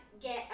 get